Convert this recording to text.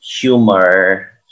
humor